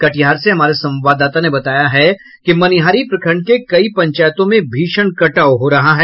कटिहार से हमारे संवाददाता ने बताया है कि मनिहारी प्रखंड के कई पंचायतों में भीषण कटाव हो रहा है